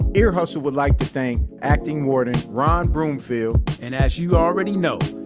ear hustle would like to thank acting warden ron broomfield and as you already know,